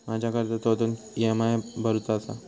माझ्या कर्जाचो अजून किती ई.एम.आय भरूचो असा?